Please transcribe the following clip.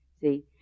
see